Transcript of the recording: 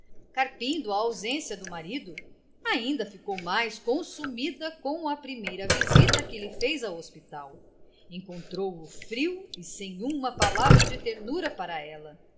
carpindo a ausência do marido ainda ficou mais consumida com a primeira visita que lhe fez ao hospital encontrou-o frio e sem uma palavra de ternura para ela